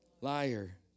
liar